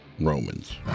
Romans